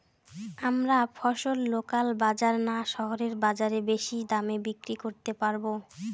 আমরা ফসল লোকাল বাজার না শহরের বাজারে বেশি দামে বিক্রি করতে পারবো?